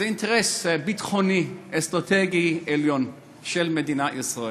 הם אינטרס ביטחוני אסטרטגי עליון של מדינת ישראל.